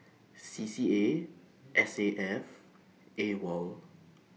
C C A S A F AWOL